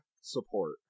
support